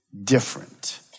different